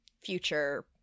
future